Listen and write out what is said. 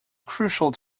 crucial